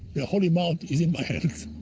holy mount is in my hands.